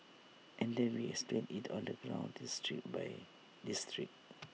and then we explained IT on the ground district by district